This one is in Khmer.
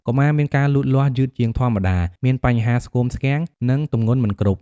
កុមារមានការលូតលាស់យឺតជាងធម្មតា មានបញ្ហាស្គមស្គាំង និងទម្ងន់មិនគ្រប់។